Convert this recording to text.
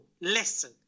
listen